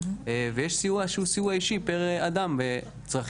יש סיוע שהוא סיוע אישי לאדם וצרכים